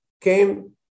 came